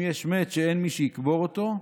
אם יש מת שאין מי שיקבור אותו,